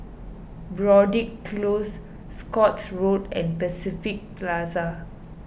Broadrick Close Scotts Road and Pacific Plaza